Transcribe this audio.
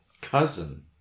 Cousin